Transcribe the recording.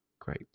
Great